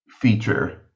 feature